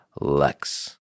Lex